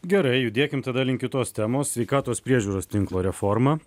gerai judėkim tada link kitos temos sveikatos priežiūros tinklo reforma